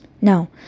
now